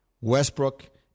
Westbrook